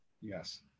yes